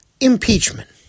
impeachment